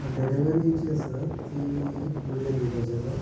delivery जी आसा ती लोलया दिवपाची आसा